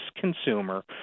consumer